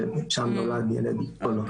ששם נולד ילד או לא.